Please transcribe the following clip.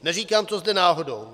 Neříkám to zde náhodou.